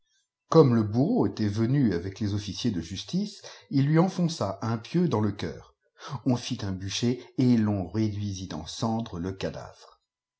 comme le bourreau était venu avec les officiers de justice il lui enfonça un pieu dans le cœur on fit un bûcher et l'on réduisit en cendres le cadavre